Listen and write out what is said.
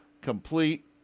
complete